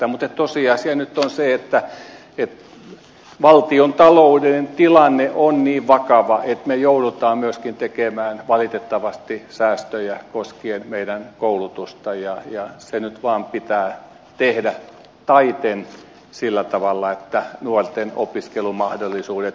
mutta tosiasia nyt on se että valtion taloudellinen tilanne on niin vakava että me joudumme myöskin tekemään valitettavasti säästöjä koskien meidän koulutustamme ja se nyt vaan pitää tehdä taiten sillä tavalla että nuorten opiskelumahdollisuudet säilyvät hyvinä